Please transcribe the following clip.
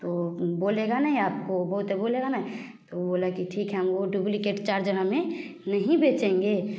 तो बोलेगा नहीं आपको बहुत ही बोलेगा नहीं तो बोला कि ठीक है हम वो डूब्लिकेट चार्जर हम नहीं बेचेंगे